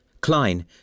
Klein